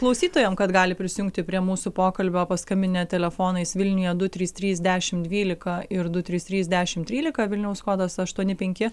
klausytojam kad gali prisijungti prie mūsų pokalbio paskambinę telefonais vilniuje du trys trys dešim dvylika ir du trys trys dešimt trylika vilniaus kodas aštuoni penki